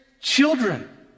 children